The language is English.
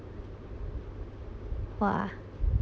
!wah!